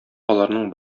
аларның